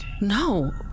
No